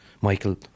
Michael